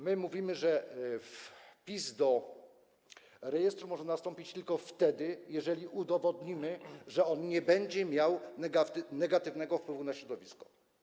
My mówimy, że wpis do rejestru może nastąpić tylko wtedy, gdy udowodnimy, że on nie będzie miał negatywnego wpływu na środowisko.